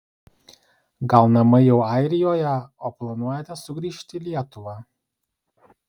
gal namai jau airijoje o planuojate sugrįžti į lietuvą